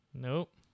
Nope